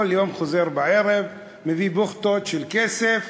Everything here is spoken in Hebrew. כל יום חוזר בערב, מביא בוחטות של כסף,